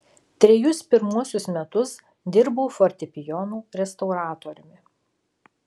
trejus pirmuosius metus dirbau fortepijonų restauratoriumi